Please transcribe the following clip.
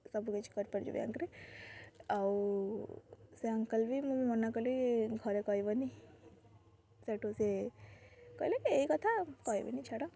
ସବୁ କିଛି କରିପାରୁଛୁ ବ୍ୟାଙ୍କରେ ଆଉ ସେ ଅଙ୍କଲ୍ ବି ମୁଁ ମନା କଲି ଘରେ କହିବନି ସେଠୁ ସେ କହିଲେ ଏଇ କଥା କହିବିନି ଛାଡ଼